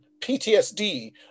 PTSD